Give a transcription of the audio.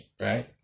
Right